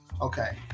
okay